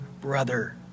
brother